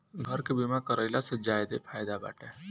घर के बीमा कराइला से ज्यादे फायदा बाटे